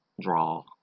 draw